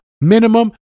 minimum